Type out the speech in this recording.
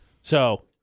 So-